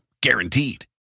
guaranteed